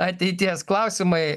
ateities klausimai